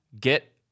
get